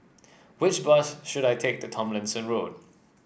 which bus should I take to Tomlinson Road